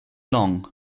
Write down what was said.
long